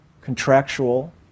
contractual